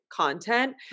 content